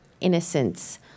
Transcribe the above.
innocence